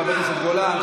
חבר הכנסת גולן,